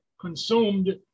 consumed